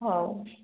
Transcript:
ହଉ